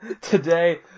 Today